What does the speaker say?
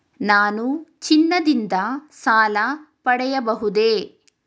ನಾನು ಚಿನ್ನದಿಂದ ಸಾಲ ಪಡೆಯಬಹುದೇ?